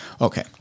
Okay